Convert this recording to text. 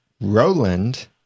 Roland